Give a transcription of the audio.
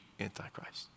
Antichrist